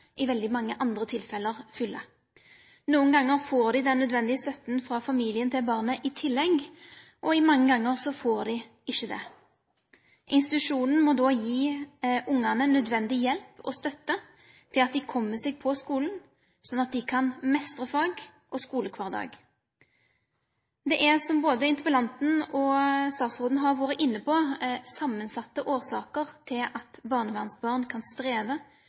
i veldig mange andre tilfeller fyller. Noen ganger får de den nødvendige støtten fra familien til barnet i tillegg, og mange ganger får de det ikke. Institusjonen må da gi ungene nødvendig hjelp og støtte så de kommer seg på skolen, sånn at de kan mestre fag og skolehverdag. Det er, som både interpellanten og statsråden har vært inne på, sammensatte årsaker til at barnevernsbarn kan streve